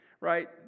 right